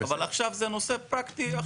אבל עכשיו זה נושא פרקטי.